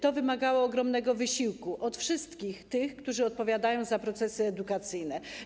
To wymagało ogromnego wysiłku od wszystkich, którzy odpowiadają za procesy edukacyjne.